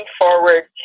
forward